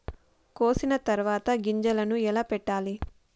కోసిన తర్వాత గింజలను ఎలా పెట్టాలి